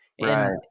right